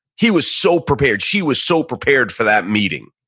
he was so prepared, she was so prepared for that meeting.